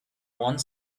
one